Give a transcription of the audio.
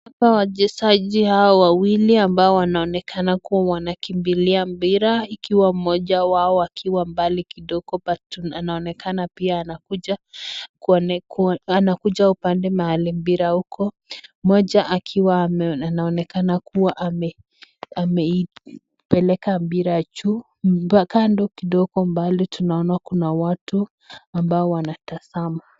Hapa wachezaji hawa wawili ambao wanaonekana kua wanakimbilia mpira ikiwa mmoja wao akiwa mbali kidogo. anaonekana pia anakuja upande mpira uko. Mmoja akiwa anaonekana kua ameipeleka mpira juu, kando kidogo mbali tunaona kuna watu ambao wanatazama.